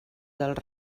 dels